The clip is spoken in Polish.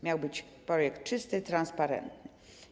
Miał to być projekt czysty, transparentny.